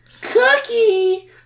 Cookie